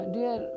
Dear